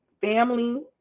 family